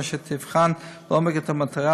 והוא תבחן לעומק את המטרה,